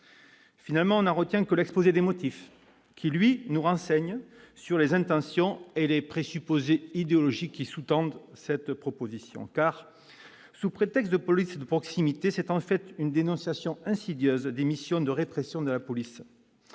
Finalement, on n'en retient que l'exposé des motifs, qui nous renseigne, lui, sur les intentions et les présupposés idéologiques qui sous-tendent cette proposition de loi. En effet, sous prétexte de police de proximité, il s'agit en réalité d'une dénonciation insidieuse des missions de répression de la police.